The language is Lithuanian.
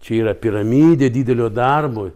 čia yra piramidė didelio darbo